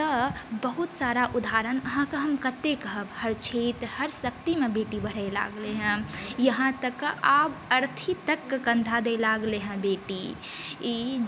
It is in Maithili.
तऽ बहुत सारा उदाहरण अहाँके हम कतेक कहब हर क्षेत्र हर शक्तिमे बेटी बढ़ै लागलै हँ यहाँ तक आब अरथीतक कन्धा दै लागलै हँ बेटी ई